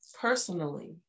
personally